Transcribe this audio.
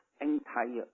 entire